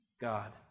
God